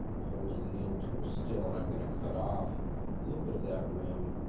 holding the needle tool still, and i'm going to cut off a little bit of that rim